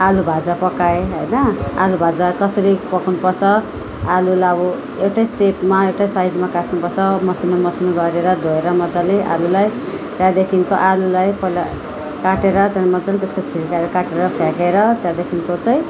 आलु भाजा पकाएँ होइन आलु भाजा कसरी पकाउनु पर्छ आलुलाई अब एउटै सेपमा एउटै साइजमा काट्नु पर्छ मसिनो मसिनो गरेर धोएर मजाले आलुलाई त्यहाँदेखिको आलुलाई पहिला काटेर त्यहाँबाट मजाले त्यसको छिल्काहरू काटेर फ्याँकेर त्यहाँदेखिको चाहिँ